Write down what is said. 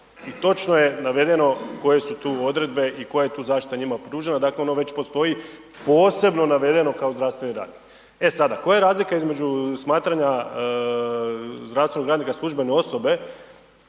i točno je navedeno koje su tu odredbe i koja je tu zaštita njima pružena, dakle ona već postoji posebno navedeno kao zdravstveni radnik. E sada koja je razlika između smatranja zdravstvenog radnika službene osobe,